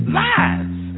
lies